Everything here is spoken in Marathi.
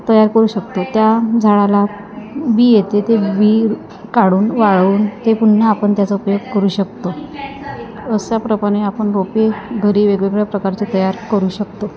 तयार करू शकतो त्या झाडाला बी येते ते बी काढून वाळवून ते पुन्हा आपण त्याचा उपयोग करू शकतो अशाप्रमाणे आपण रोपे घरी वेगवेगळ्या प्रकारचे तयार करू शकतो